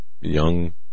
young